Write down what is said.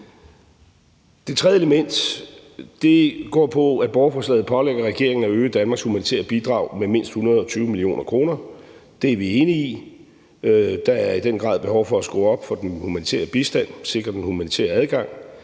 Det tredje element går på, at borgerforslaget pålægger regeringen at øge Danmarks humanitære bidrag med mindst 120 mio. kr. Det er vi enige i. Der er i den grad behov for at skrue op for den humanitære bistand og sikre den humanitære adgang,